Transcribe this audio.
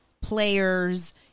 players